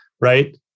right